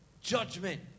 judgment